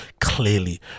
clearly